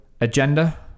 agenda